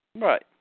Right